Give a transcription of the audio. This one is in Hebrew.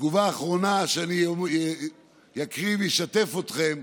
תגובה אחרונה שאני אקריא ואשתף אתכם: